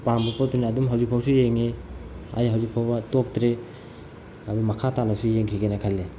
ꯄꯥꯝꯕ ꯄꯣꯛꯇꯨꯅ ꯑꯗꯨꯝ ꯍꯧꯖꯤꯛ ꯐꯥꯎꯁꯨ ꯌꯦꯡꯉꯤ ꯑꯩ ꯍꯧꯖꯤꯛ ꯐꯥꯎꯕ ꯇꯣꯛꯇ꯭ꯔꯤ ꯑꯗꯨ ꯃꯈꯥ ꯇꯥꯅꯁꯨ ꯌꯦꯡꯈꯤꯒꯦꯅ ꯈꯜꯂꯤ